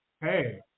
Hey